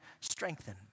strengthen